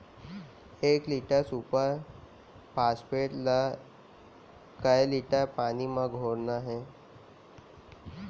एक litre super phosphate ला कए लीटर पानी मा घोरना हे?